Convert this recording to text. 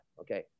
okay